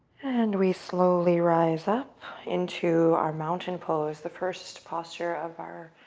and we slowly rise up into our mountain pose, the first posture of our